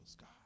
God